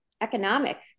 economic